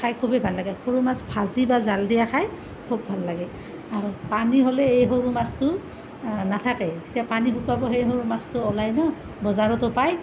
খাই খুবেই ভাল লাগে সৰু মাছ ভাজি বা জাল দিয়া খাই খুব ভাল লাগে আৰু পানী হ'লে এই সৰু মাছটো নাথাকে যেতিয়া পানী শুকাব সেই সৰু মাছটো ওলায় ন' বজাৰতো পায়